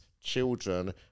children